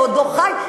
בעודו חי,